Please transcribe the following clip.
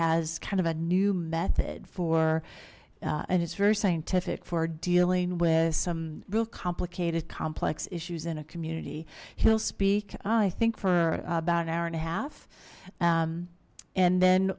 has kind of a new method for and it's very scientific for dealing with some real complicated complex issues in a community he'll speak i think for about an hour and a half and then